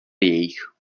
jejich